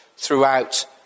Throughout